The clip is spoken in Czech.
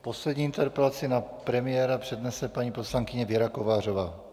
Poslední interpelaci na premiéra přednese paní poslankyně Věra Kovářová.